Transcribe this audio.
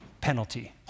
penalty